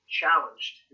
challenged